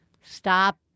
stop